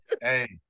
hey